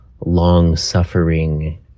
long-suffering